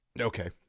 okay